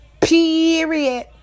Period